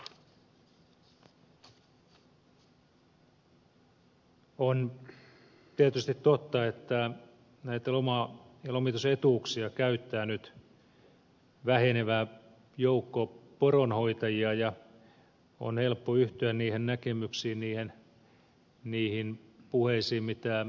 on tietysti totta että näitä loma ja lomitusetuuksia käyttää nyt vähenevä joukko poronhoitajia ja on helppo yhtyä niihin näkemyksiin niihin puheisiin mitä ed